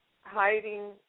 hiding